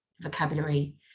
vocabulary